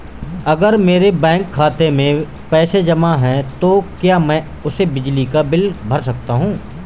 अगर मेरे बैंक खाते में पैसे जमा है तो क्या मैं उसे बिजली का बिल भर सकता हूं?